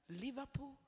Liverpool